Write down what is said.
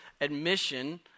admission